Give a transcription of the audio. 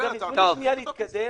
אבל תנו לי שנייה להתקדם.